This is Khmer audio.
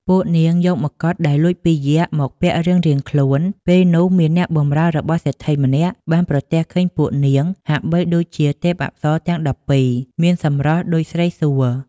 ពួកនាងយកម្កុដដែលលួចពីយក្ខមកពាក់រៀងៗខ្លួន ពេលនោះមានអ្នកបម្រើរបស់សេដ្ឋីម្នាក់បានប្រទះឃើញពួកនាងហាក់បីដូចជាទេពអប្សរទាំង១២ មានសម្រស់ដូចស្រីសួគ៌។